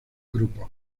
grupos